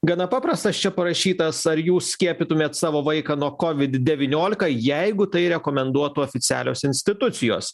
gana paprastas čia parašytas ar jūs skiepytumėt savo vaiką nuo kovid devyniolika jeigu tai rekomenduotų oficialios institucijos